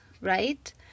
right